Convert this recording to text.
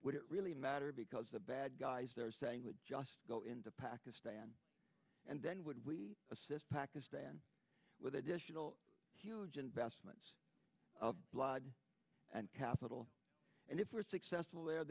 would it really matter because the bad guys they're saying would just go into pakistan and then would we assist pakistan with additional investment of blood and capital and if we're successful there